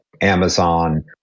Amazon